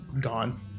gone